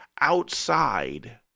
outside